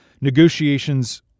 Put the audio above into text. negotiations